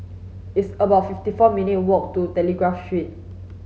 it's about fifty four minute a walk to Telegraph Street